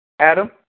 Adam